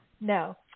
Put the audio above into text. No